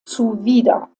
zuwider